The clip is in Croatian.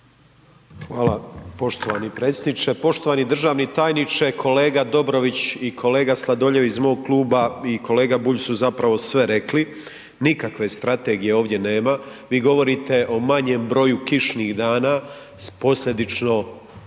Hvala poštovani predsjedniče. Poštovani državni tajniče, kolega Dobrović i kolega Sladoljev iz mog Kluba, i kolega Bulj su zapravo sve rekli, nikakve Strategije ovdje nema, vi govorite o manjem broju kišnih dana s posljedično,